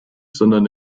sondern